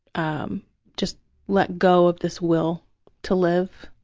um just let go of this will to live,